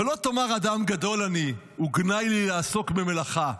ולא תאמר אדם גדול אני וגנאי לי לעסוק במלאכה.